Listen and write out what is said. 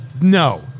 No